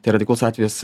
tai radikalus atvejis